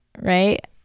right